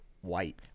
white